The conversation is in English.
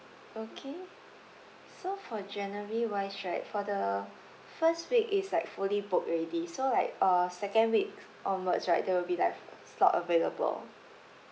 okay so for january wise right for the first week is like fully booked already so like uh second week onwards right there will be like slot available